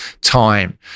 time